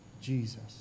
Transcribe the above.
Jesus